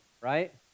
right